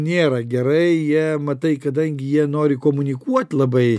nėra gerai jie matai kadangi jie nori komunikuot labai